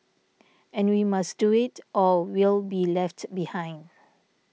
and we must do it or we'll be left behind